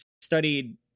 studied